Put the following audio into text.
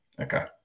Okay